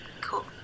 Cool